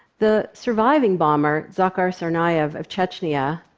the surviving bomber, dzhokhar tsarnaev of chechnya,